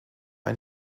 ein